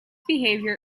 behavior